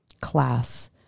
class